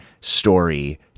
story